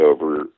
over